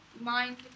mind